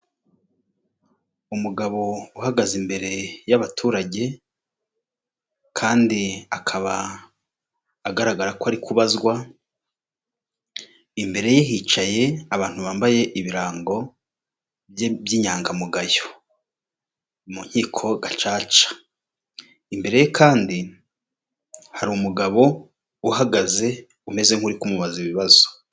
Umugabo uhagaze imbere y'abaturage, kandi akaba agaragara ko ari kubazwa, imbere ye hicaye abantu bambaye ibirango by'inyangamugayo mu nkiko gacaca, imbere ye kandi harimu umugabo uhagaze umeze nk'uri kumubaza ibibazo.